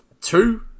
two